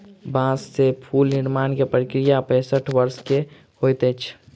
बांस से फूल निर्माण के प्रक्रिया पैसठ वर्ष के होइत अछि